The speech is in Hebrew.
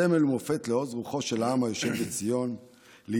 היא סמל ומופת לעוז רוחו של העם היושב בציון להתרחב